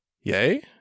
Yay